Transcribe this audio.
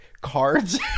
cards